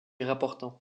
rapportant